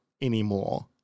anymore